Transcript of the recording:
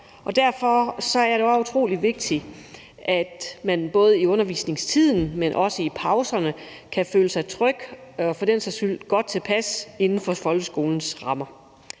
derfor er det også utrolig vigtigt, at man både i undervisningstiden, men også i pauserne kan føle sig tryg og for den sags skyld også godt tilpas inden for folkeskolens rammer.